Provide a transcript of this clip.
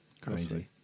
crazy